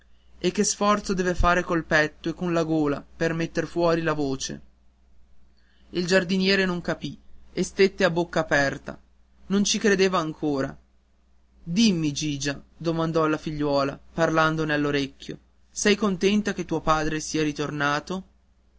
e che sforzo deve far col petto e con la gola per metter fuori la voce il giardiniere non capì e stette a bocca aperta non ci credeva ancora dimmi gigia domandò alla figliuola parlandole all'orecchio sei contenta che tuo padre sia ritornato